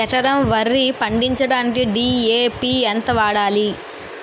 ఎకరం వరి పండించటానికి డి.ఎ.పి ఎంత వాడాలి?